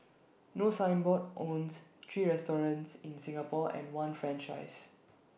no signboard owns three restaurants in Singapore and one franchisee